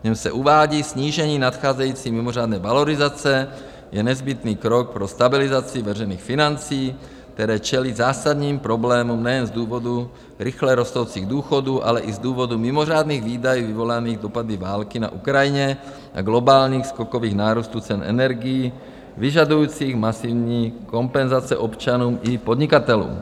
V něm se uvádí: Snížení nadcházející mimořádné valorizace je nezbytný krok pro stabilizaci veřejných financí, které čelí zásadním problémům nejen z důvodu rychle rostoucích důchodů, ale i z důvodu mimořádných výdajů vyvolaných dopady války na Ukrajině a globálních skokových nárůstů cen energií, vyžadujících masivní kompenzace občanům i podnikatelům.